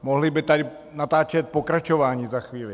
Mohli by tady natáčet pokračování za chvíli.